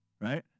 Right